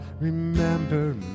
remember